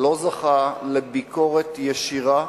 במשרד הביטחון לא זכתה לביקורת ישירה